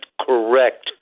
correct